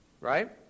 Right